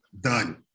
Done